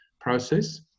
process